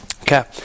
Okay